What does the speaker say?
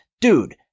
Dude